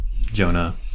Jonah